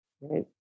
right